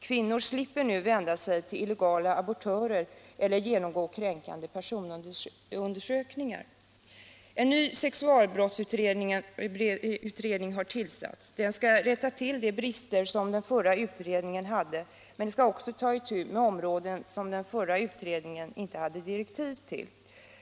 Kvinnor slipper nu vända sig till illegala abortörer eller genomgå kränkande personundersökningar. En ny sexualbrottsutredning har tillsatts. Den skall rätta till bristerna i den föregående utredningen, men den skall också ta itu med frågor som inte ingick i den förra utredningens direktiv.